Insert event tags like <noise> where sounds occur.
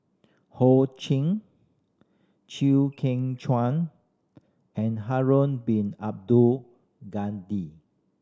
Ho Ching Chew Kheng Chuan and Harun Bin Abdul <unintelligible>